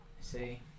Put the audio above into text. Say